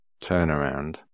turnaround